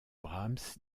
brahms